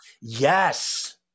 Yes